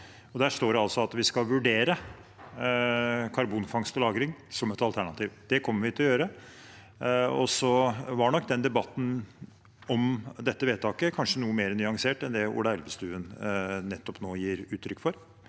Der står det altså at vi skal vurdere karbonfangst og -lagring som et alternativ. Det kommer vi til å gjøre. Debatten om dette vedtaket var nok kanskje noe mer nyansert enn det Ola Elvestuen nettopp nå ga uttrykk for,